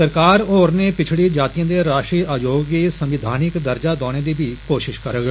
सरकार होरने पिछड़ी जातिएं दे राष्ट्री आयोग गी संविधानिक दर्जा दुआने दी बी कोषष करग